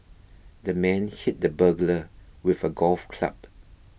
the man hit the burglar with a golf club